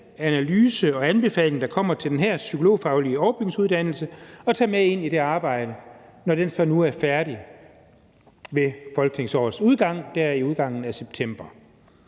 analyse og anbefaling, der kommer til den her psykologfaglige overbygningsuddannelse, med ind i det arbejde, når det er færdigt ved folketingsårets udgang i slutningen af september.